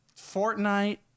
Fortnite